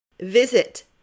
Visit